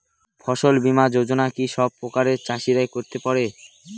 ফসল বীমা যোজনা কি সব প্রকারের চাষীরাই করতে পরে?